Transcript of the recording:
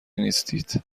نیستید